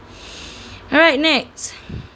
alright next